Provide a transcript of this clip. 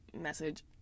message